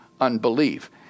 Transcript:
unbelief